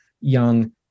young